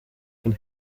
von